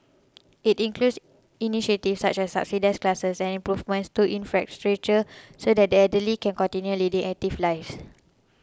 it includes initiatives such as subsidised classes and improvements to infrastructure so that the elderly can continue leading active lives